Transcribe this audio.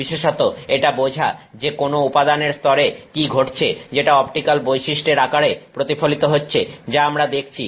বিশেষত এটা বোঝা যে কোন উপাদানের স্তরে কি ঘটছে যেটা অপটিক্যাল বৈশিষ্ট্যের আকারে প্রতিফলিত হচ্ছে যা আমরা দেখছি